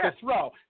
throw